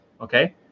okay